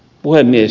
puhemies